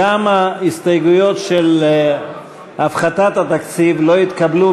גם ההסתייגויות של הפחתת התקציב לא התקבלו,